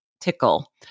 tickle